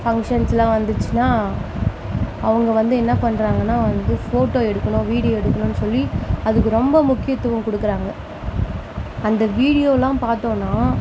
ஃபங்ஷன்ஸ்லாம் வந்துச்சின்னால் அவங்க வந்து என்ன பண்ணுறாங்கன்னா வந்து ஃபோட்டோ எடுக்கணும் வீடியோ எடுக்கணும்னு சொல்லி அதுக்கு ரொம்ப முக்கியத்துவம் கொடுக்குறாங்க அந்த வீடியோலாம் பார்த்தோனா